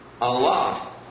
Allah